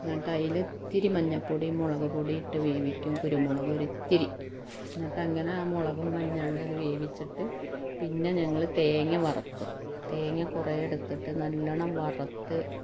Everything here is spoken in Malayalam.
എന്നിട്ടതിലിത്തിരി മഞ്ഞപ്പൊടീം മുളക് പൊടിയിട്ട് വേവിക്കും കുരുമുളകൊരിത്തിരി എന്നിട്ടങ്ങന മുളകും മഞ്ഞളിലത് വേവിച്ചിട്ട് പിന്നെ ഞങ്ങൾ തേങ്ങ വറക്കും തേങ്ങ കൊറേടുത്തിട്ട് നല്ലോണം വറത്ത്